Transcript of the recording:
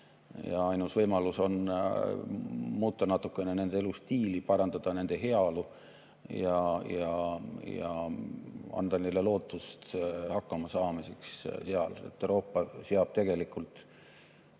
Ainus võimalus on muuta natukene nende elustiili, parandada nende heaolu ja anda neile lootust hakkamasaamiseks seal. Euroopa seab tegelikult